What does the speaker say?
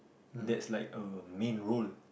that's like a main role